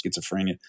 schizophrenia